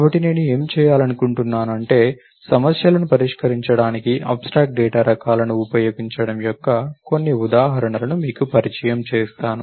కాబట్టి నేను ఏమి చేయాలనుకుంటున్నానంటే సమస్యలను పరిష్కరించడానికి అబ్స్ట్రాక్ట్ డేటా రకాలను ఉపయోగించడం యొక్క కొన్ని ఉదాహరణలను మీకు పరిచయం చేస్తాను